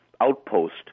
outpost